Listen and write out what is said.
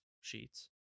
sheets